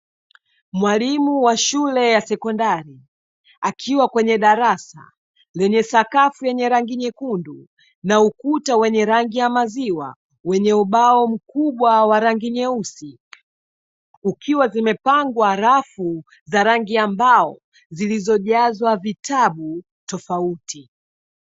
Mwalimu wa shule ya sekondari, akiwa kwenye darasa lenye sakafu yenye rangi nyekundu, na ukuta wenye rangi ya maziwa wenye ubao mkubwa wa rangi nyeusi kukiwa vimepangwa rafu za rangi ya mbao zilizojazwa vitabu tofauti.